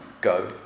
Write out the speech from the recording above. Go